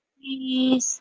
please